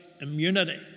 immunity